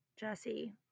Jesse